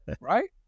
Right